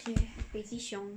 北极熊